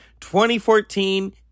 2014